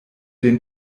den